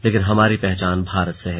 लेकिन हमारी पहचान भारत से है